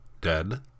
Dead